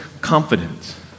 confidence